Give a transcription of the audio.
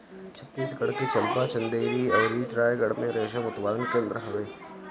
छतीसगढ़ के चंपा, चंदेरी अउरी रायगढ़ में रेशम उत्पादन केंद्र हवे